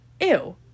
ew